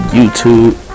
YouTube